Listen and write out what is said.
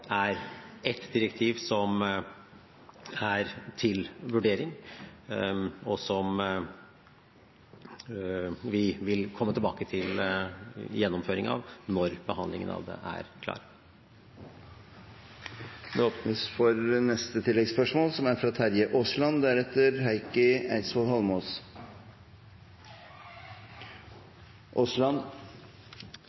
er et direktiv som er til vurdering, og som vi vil komme tilbake til gjennomføring av når behandlingen av det er klar. Terje Aasland – til oppfølgingsspørsmål. Det var kanskje ikke så feil som